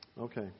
Okay